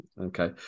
okay